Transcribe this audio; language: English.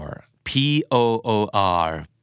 P-O-O-R